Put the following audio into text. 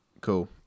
Cool